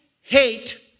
hate